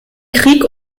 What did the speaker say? krieg